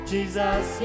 Jesus